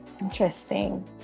Interesting